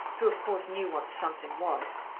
who of course knew what the something was.